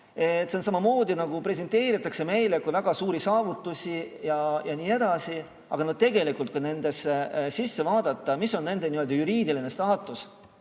siin samamoodi presenteeritakse meile justkui väga suuri saavutusi ja nii edasi, aga tegelikult, kui sisse vaadata, mis on nende juriidiline staatus,